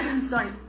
sorry